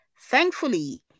thankfully